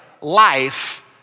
life